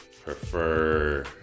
prefer